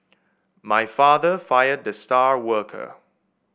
my father fired the star worker